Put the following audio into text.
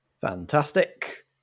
Fantastic